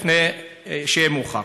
לפני שיהיה מאוחר.